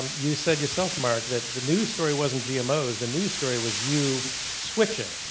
um you said yourself mark that the news story wasn't gmos, the news story was you switching.